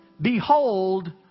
Behold